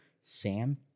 Sam